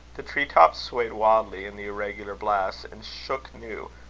the tree-tops swayed wildly in the irregular blasts, and shook new,